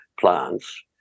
plants